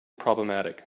problematic